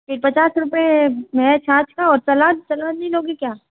ये पचास रुपए है छाछ का और सलाद सलाद नहीं लोगी क्या